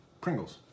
Pringles